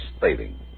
saving